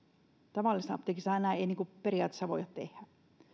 tavallisessa apteekissahan näin ei periaatteessa voida tehdä